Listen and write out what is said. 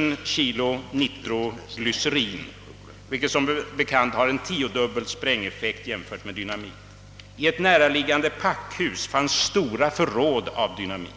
000 kilo nitroglycerin, vilket som bekant har en tiodubbel sprängeffekt jämfört med dynamit. I ett närliggande packhus fanns stora förråd av dynamit.